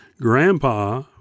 Grandpa